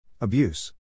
Abuse